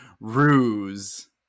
ruse